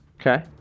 Okay